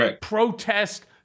protest